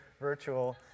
virtual